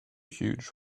huge